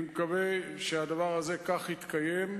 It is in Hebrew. אני מקווה שהדבר הזה כך יתקיים,